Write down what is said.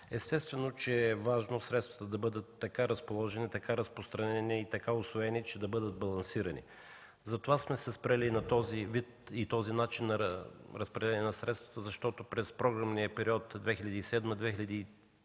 Естествено, че е важно средствата да бъдат така разположени, така разпространени, така усвоени, че да бъдат балансирани. За това сме се спрели на този вид, на този начин на разпределение на средствата, защото през програмния период 2007-2013